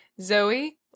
Zoe